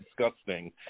disgusting